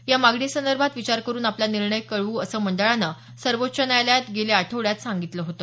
या मागणी संदर्भात विचार करून आपला निर्णय कळवू असं मंडळानं सर्वोच्च न्यायालयाला गेल्या आठवड्यात सांगितलं होत